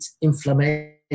inflammation